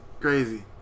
Crazy